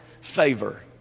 favor